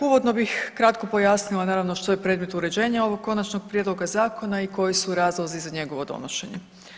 Uvodno bih kratko pojasnila naravno što je predmet uređenja ovog konačnog prijedloga zakona i koji su razlozi za njegovo donošenje.